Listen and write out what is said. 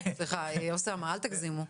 סליחה, אוסאמה, אל תגזימו.